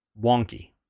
wonky